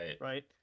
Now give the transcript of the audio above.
right